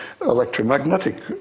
electromagnetic